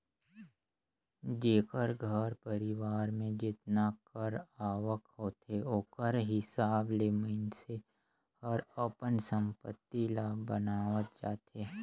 जेकर घर परिवार में जेतना कर आवक होथे ओकर हिसाब ले मइनसे हर अपन संपत्ति ल बनावत जाथे